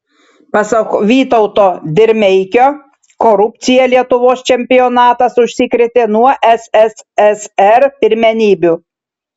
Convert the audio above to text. pasak vytauto dirmeikio korupcija lietuvos čempionatas užsikrėtė nuo sssr pirmenybių